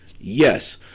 Yes